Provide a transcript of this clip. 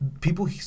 people